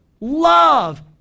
love